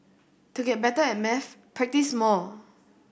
to get better at maths practise more